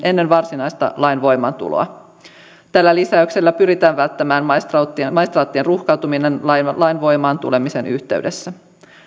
ennen varsinaista lain voimaantuloa tällä lisäyksellä pyritään välttämään maistraattien ruuhkautuminen lain voimaantulemisen yhteydessä